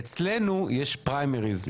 אצלנו יש פריימריז,